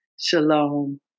Shalom